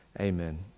Amen